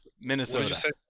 Minnesota